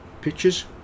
pictures